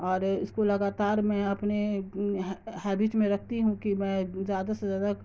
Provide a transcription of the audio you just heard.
اور اس کو لگاتار میں اپنے ہیبٹس میں رکھتی ہوں کہ میں زیادہ سے زیادہ